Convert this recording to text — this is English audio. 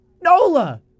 Nola